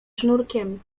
sznurkiem